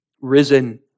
Risen